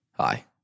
Hi